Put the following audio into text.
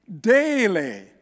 daily